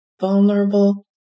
vulnerable